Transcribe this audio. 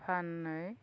फाननाय